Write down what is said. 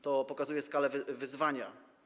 To pokazuje skalę wyzwania.